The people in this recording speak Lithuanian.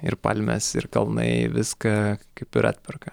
ir palmės ir kalnai viską kaip ir atperka